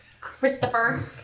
Christopher